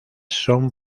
son